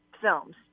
films